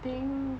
think